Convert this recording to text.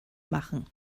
machen